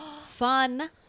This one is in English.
Fun